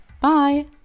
Bye